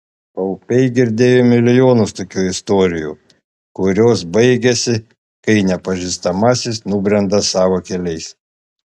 paupiai girdėjo milijonus tokių istorijų kurios baigiasi kai nepažįstamasis nubrenda savo keliais